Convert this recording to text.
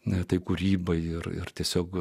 na tai kūrybai ir ir tiesiog